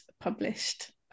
published